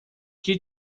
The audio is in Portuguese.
que